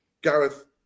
Gareth